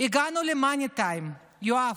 הגענו למאני טיים, יואב.